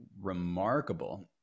remarkable